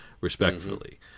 respectfully